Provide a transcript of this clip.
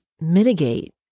mitigate